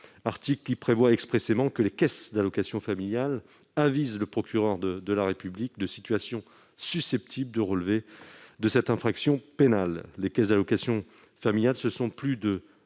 article 15 lequel prévoit expressément que les caisses d'allocations familiales avisent le procureur de la République de situations susceptibles de relever de cette infraction pénale. Les caisses d'allocations familiales ont alloué,